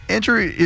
Andrew